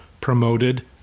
promoted